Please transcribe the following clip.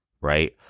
right